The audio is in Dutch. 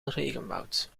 regenwoud